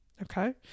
Okay